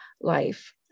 life